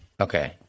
okay